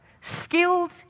skilled